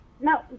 No